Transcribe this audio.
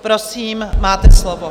Prosím, máte slovo.